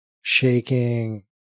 shaking